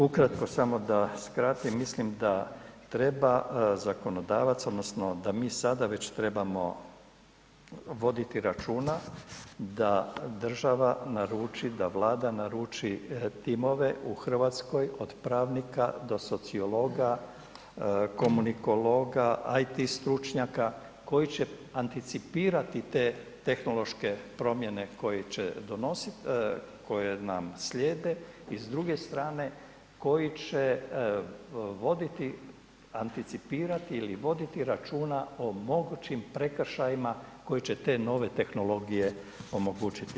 Ukratko samo da skratim, mislim da treba zakonodavac odnosno da mi sada već trebamo voditi računa da država naruči, da Vlada naruči timove u Hrvatskoj od pravnika do sociologa, komunikologa, IT stručnjaka koji će anticipirati te tehnološke promjene koje će donositi, koje nam slijede i s druge strane koji će voditi anticipirati ili voditi računa o mogućim prekršajima koji će te nove tehnologije omogućiti.